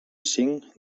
cinc